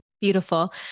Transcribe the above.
Beautiful